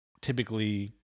typically